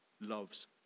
loves